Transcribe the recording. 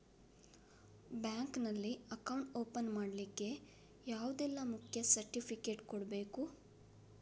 Bank ನಲ್ಲಿ account open ಮಾಡ್ಲಿಕ್ಕೆ ಯಾವುದೆಲ್ಲ ಮುಖ್ಯ ಸರ್ಟಿಫಿಕೇಟ್ ಕೊಡ್ಬೇಕು?